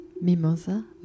Mimosa